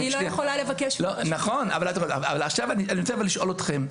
אני לא יכולה לבקש --- אני רוצה לשאול אתכם.